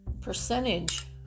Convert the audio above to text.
percentage